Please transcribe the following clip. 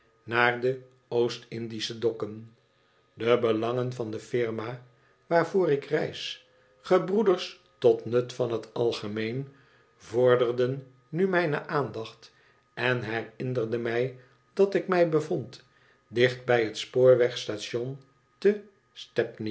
naar do oost-indische dokken de belangen van de firma waarvoor ik reis gebroeders tot nut van t algemeen vorderden nu mijne aandacht en ik herinnerde mij dat ik mij bevond dicht bij het spoorwegstation te stepney